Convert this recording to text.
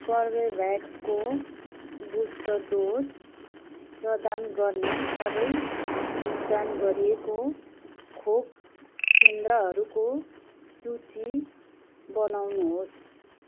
कर्बेभ्याक्सको booster dose प्रदान गर्ने सबै भुक्तान गरिएको खोप केन्द्रहरूको सूची बनाउनुहोस्